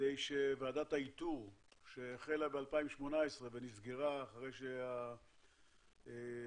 כדי שוועדת האיתור שהחלה ב-2018 ונסגרה אחרי ששופט